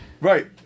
Right